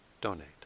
donate